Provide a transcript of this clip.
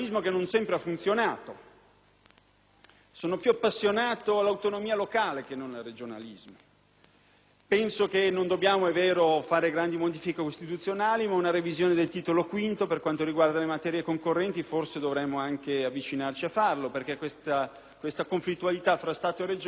Sono più appassionato dell'autonomia locale che non del regionalismo; penso che non dobbiamo fare grandi modifiche costituzionali, ma una revisione del Titolo V per quanto riguarda le materie concorrenti forse dovremmo avvicinarci a farla, perché questa conflittualità fra Stato e Regioni spesso crea situazione di stallo.